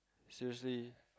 seriously